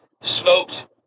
smoked